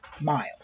miles